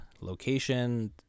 location